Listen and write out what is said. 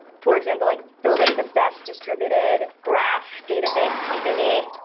for example, like building the best distributed graph database company.